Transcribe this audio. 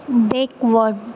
back ward